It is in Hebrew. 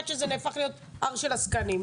עד שזה נהפך להיות הר של עסקנים.